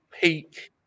peak